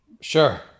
Sure